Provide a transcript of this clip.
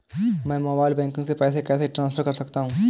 मैं mobile banking से पैसे कैसे ट्रांसफर कर सकता हूं?